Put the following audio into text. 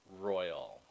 Royal